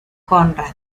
conrad